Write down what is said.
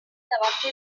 davanti